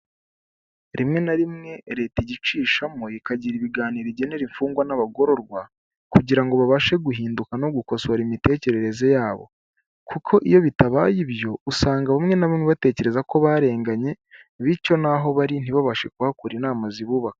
Rimwe na rimwe leta igicishamo ikagira ibiganiro igenera imfungwa n'abagororwa kugira ngo babashe guhinduka no gukosora imitekerereze yabo, kuko iyo bitabaye ibyo usanga bamwe na bamwe batekereza ko barenganye bityo naho bari ntibabashe kuhakura inama zibubaka.